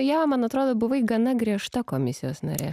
jo man atrodo buvai gana griežta komisijos narė